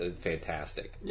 fantastic